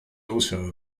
also